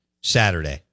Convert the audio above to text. Saturday